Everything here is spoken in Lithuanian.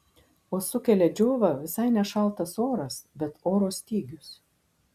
o sukelia džiovą visai ne šaltas oras bet oro stygius